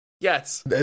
Yes